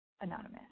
Anonymous